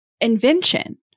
invention